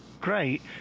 great